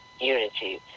unity